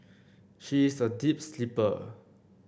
she is a deep sleeper